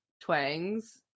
twangs